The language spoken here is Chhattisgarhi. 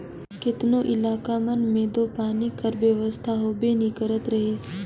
केतनो इलाका मन मे दो पानी कर बेवस्था होबे नी करत रहिस